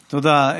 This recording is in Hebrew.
תודה.